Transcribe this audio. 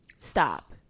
stop